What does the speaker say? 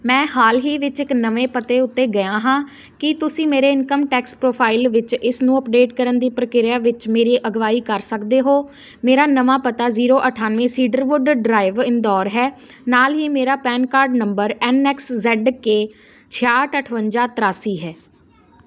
ਮੈਂ ਹਾਲ ਹੀ ਵਿੱਚ ਇੱਕ ਨਵੇਂ ਪਤੇ ਉੱਤੇ ਗਿਆ ਹਾਂ ਕੀ ਤੁਸੀਂ ਮੇਰੇ ਇਨਕਮ ਟੈਕਸ ਪ੍ਰੋਫਾਈਲ ਵਿੱਚ ਇਸ ਨੂੰ ਅੱਪਡੇਟ ਕਰਨ ਦੀ ਪ੍ਰਕਿਰਿਆ ਵਿੱਚ ਮੇਰੀ ਅਗਵਾਈ ਕਰ ਸਕਦੇ ਹੋ ਮੇਰਾ ਨਵਾਂ ਪਤਾ ਜ਼ੀਰੋ ਅਠਾਨਵੇਂ ਸੀਡਰਵੁੱਡ ਡਰਾਈਵ ਇੰਦੌਰ ਹੈ ਨਾਲ ਹੀ ਮੇਰਾ PAN card number N X Z K ਛਿਆਹਟ ਅਠਵੰਜਾ ਤ੍ਰਿਆਸੀ ਹੈ